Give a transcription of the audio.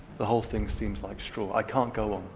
the whole thing seems like straw. i can't go on.